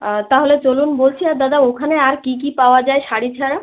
আর তাহলে চলুন বলছি আর দাদা ওখানে আর কী কী পাওয়া যায় শাড়ি ছাড়া